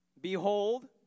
Behold